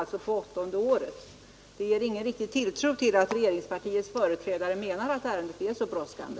Ett sådant handlande ger ingen riktig tilltro till att regeringspartiets företrädare verkligen menar att ärendet är brådskande.